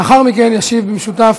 לאחר מכן ישיב במשותף